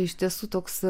iš tiesų toks